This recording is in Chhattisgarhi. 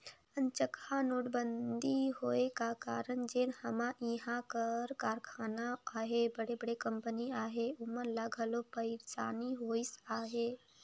अनचकहा नोटबंदी होए का कारन जेन हमा इहां कर कारखाना अहें बड़े बड़े कंपनी अहें ओमन ल घलो पइरसानी होइस अहे